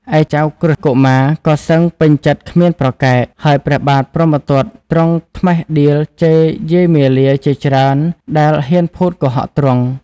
ឯចៅក្រឹស្នកុមារក៏សឹងពេញចិត្តគ្មានប្រកែក ហើយព្រះបាទព្រហ្មទត្តទ្រង់ត្មិះដៀលជេរយាយមាលាជាច្រើនដែលហ៊ានភូតកុហកទ្រង់។